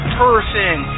person